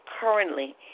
currently